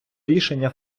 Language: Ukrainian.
рішення